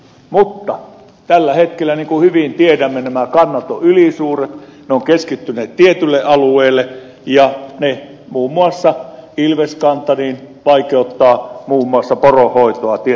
mutta tällä hetkellä niin kuin hyvin tiedämme kannat ovat ylisuuret ne ovat keskittyneet tietylle alueelle ja ne muun muassa ilveskanta vaikeuttavat muun muassa poronhoitoa tietyllä alueella